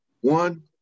One